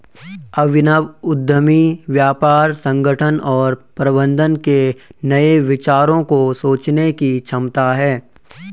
अभिनव उद्यमी व्यापार संगठन और प्रबंधन के नए विचारों को सोचने की क्षमता है